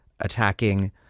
attacking